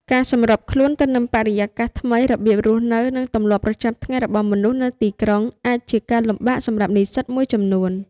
ការសម្របខ្លួនទៅនឹងបរិយាកាសថ្មី របៀបរស់នៅ និងទម្លាប់ប្រចាំថ្ងៃរបស់មនុស្សនៅទីក្រុង អាចជាការលំបាកសម្រាប់និស្សិតមួយចំនួន។